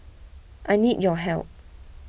I need your help